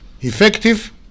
effective